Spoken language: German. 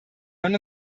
man